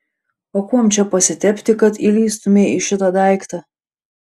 o kuom čia pasitepti kad įlįstumei į šitą daiktą